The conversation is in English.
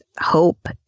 hope